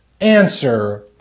Answer